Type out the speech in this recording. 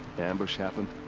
ambush happened.